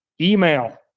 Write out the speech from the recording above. Email